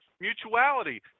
Mutuality